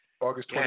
August